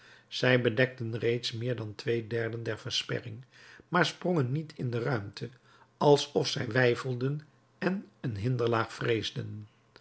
zij bedekten reeds meer dan twee derden der versperring maar sprongen niet in de ruimte alsof zij weifelden en een hinderlaag vreesden